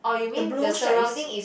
the blue shop is